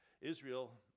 Israel